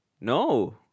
No